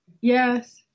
Yes